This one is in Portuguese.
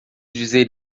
dizer